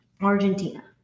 Argentina